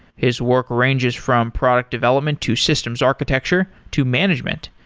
his work ranges from product development, to systems architecture, to management,